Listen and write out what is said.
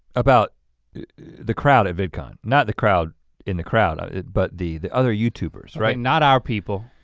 about the crowd at vidcon. not the crowd in the crowd ah but the the other youtubers, right? not our people.